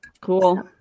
Cool